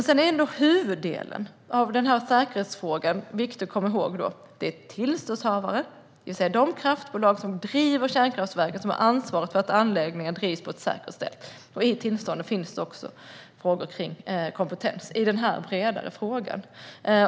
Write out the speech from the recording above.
Sedan är huvuddelen i säkerhetsfrågan viktig att komma ihåg, nämligen tillståndshavarna, det vill säga de kraftbolag som driver kärnkraftverken och som har ansvar för att anläggningarna drivs på ett säkert sätt. I tillståndet ingår även frågor kring kompetens i en bredare mening.